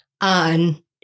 on